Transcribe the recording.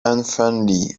unfriendly